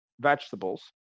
vegetables